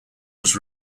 was